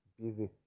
busy